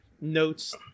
notes